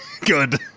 Good